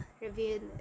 review